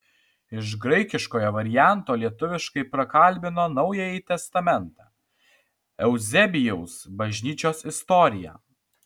iš graikiškojo varianto lietuviškai prakalbino naująjį testamentą euzebijaus bažnyčios istoriją